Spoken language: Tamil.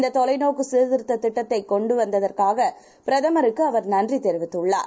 இந்ததொலைநோக்குசீர்திருத்தத்திட்டத்தைகொண்டுவந்ததற்காகபிரதமருக்குஅவர் நன்றிதெரிவித்துள்ளார்